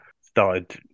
started